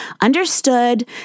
understood